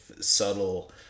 subtle